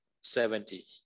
seventy